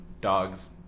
dogs